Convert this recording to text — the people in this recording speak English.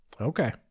Okay